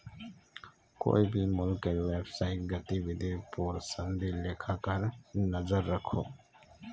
कोए भी मुल्केर व्यवसायिक गतिविधिर पोर संदी लेखाकार नज़र रखोह